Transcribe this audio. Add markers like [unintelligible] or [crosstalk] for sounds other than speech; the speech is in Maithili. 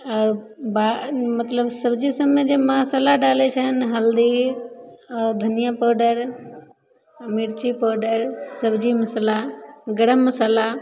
आओर [unintelligible] मतलब सब्जी सबमे जे मसल्ला डालै छै हल्दी आ धनिया पाउडर मिरची पाउडर सब्जी मसल्ला गरम मसल्ला